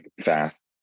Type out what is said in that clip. fast